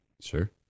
Sure